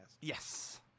Yes